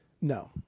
No